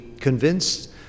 convinced